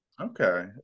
okay